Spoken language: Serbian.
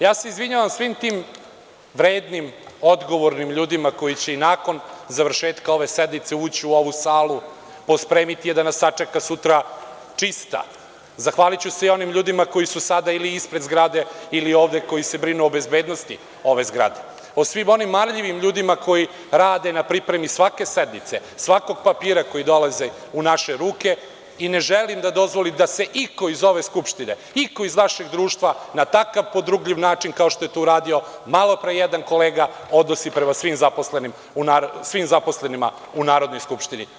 Ja se izvinjavam svim tim vrednim i odgovornim ljudima koji će i nakon završetka ove sednice ući u ovu salu, pospremiti je da nas sačeka sutra čista, zahvaliću se i onim ljudima koji su sada ili ispred zgrade ili ovde koji se brinu o bezbednosti ove zgrade, svim onim marljivim ljudima koji rade na pripremi svake sednice, svakog papira koji dolazi u naše ruke i ne želim da dozvolim da se iko iz ove Skupštine, iko iz vašeg društva na takav podrugljiv način kao što je to malo pre uradio jedan kolega odnosi prema svim zaposlenima u Narodnoj skupštini.